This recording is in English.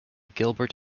gilbert